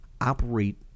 operate